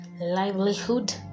livelihood